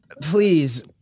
Please